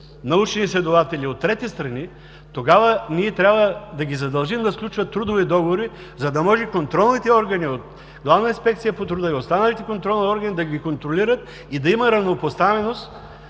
научни изследователи от трети страни, тогава ние трябва да ги задължим да сключват трудови договори, за да може контролните органи от Главна инспекция по труда и останалите контролни органи да ги контролират и да има равнопоставеност,